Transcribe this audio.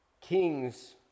Kings